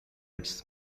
its